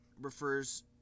refers